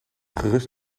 gerust